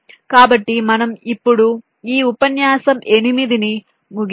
కాబట్టి మనము ఇప్పుడు ఈ ఉపన్యాసం 8 ను ముగిద్దాం